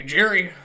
Jerry